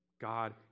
God